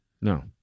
No